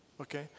Okay